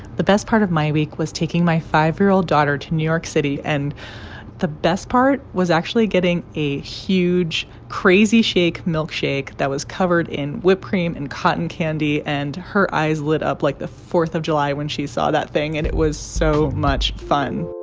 the best part of my week was taking my five year old daughter to new york city. and the best part was actually getting a huge crazy shake milkshake that was covered in whipped cream and cotton candy. and her eyes lit up like the fourth of july when she saw that thing. and it was so much fun